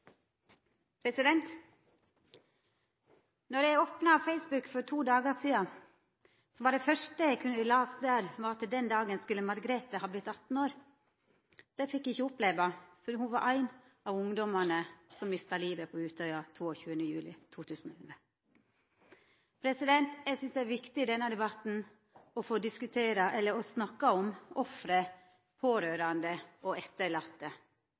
eg opna Facebook for to dagar sidan, var det første eg las der at den dagen skulle Margrethe ha vorte 18 år. Det fekk ho ikkje oppleva, for ho var ein av ungdomane som mista livet på Utøya 22. juli 2011. Eg synest det er viktig i denne debatten å få snakka om ofra, dei pårørande og